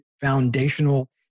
foundational